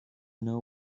know